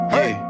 Hey